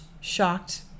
shocked